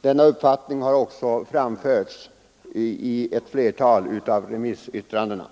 Den uppfattningen har också framförts i ett flertal av remissyttrandena.